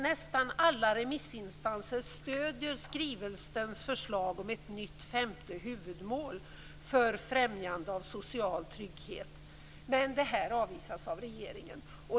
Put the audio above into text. Nästan alla remissinstanser stöder skrivelsens förslag om ett nytt femte huvudmål för främjande av social trygghet. Men detta avvisas av regeringen.